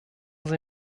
sie